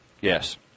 Yes